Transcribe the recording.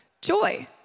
Joy